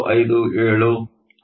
357 ಆಗಿದೆ